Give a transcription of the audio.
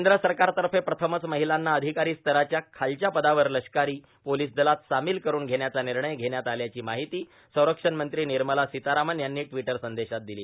केंद्र सरकारतर्फे प्रथमच महिलांना अधिकारी स्तराच्या खालच्या पदावर लष्करी पोलीस दलात सामील करून घेण्याचा निर्णय घेण्यात आल्याची माहिती संरक्षण मंत्री निर्मला सितारामन यांनी ट्विटर संदेशात दिली